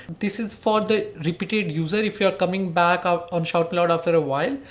this is for the repeated user, if you're coming back um on shoutmeloud after awhile,